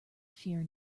fear